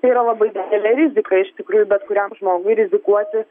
tai yra labai didelė rizika iš tikrųjų bet kuriam žmogui rizikuoti